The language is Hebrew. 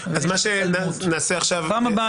בפעם הבאה,